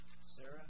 Sarah